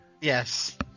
Yes